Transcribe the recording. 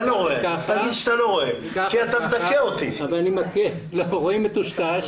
רואים מטושטש.